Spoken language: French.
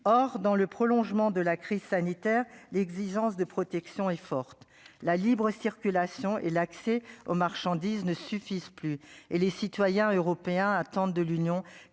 or dans le prolongement de la crise sanitaire, l'exigence de protection et forte la libre-circulation et l'accès aux marchandises ne suffisent plus et les citoyens européens attendent de l'Union